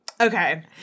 Okay